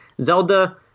Zelda